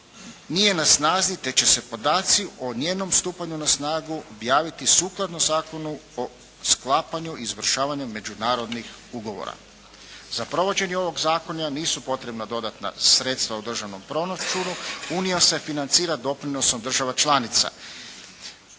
nije na snazi te će se podaci o njenom stupanju na snagu objaviti sukladno Zakonu o sklapanju i izvršavanju međunarodnih ugovora. Za provođenje ovog zakona nisu potrebna dodatna sredstva u državnom proračunu. Unija se financira doprinosom država članica.